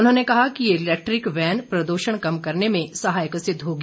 उन्होंने कहा कि ये इलैक्ट्रिक वैन प्रदूषण कम करने में सहायक सिद्व होगी